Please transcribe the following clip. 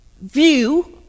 view